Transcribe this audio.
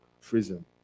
prison